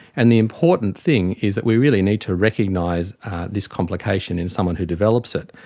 and the important thing is that we really need to recognise this complication in someone who develops it,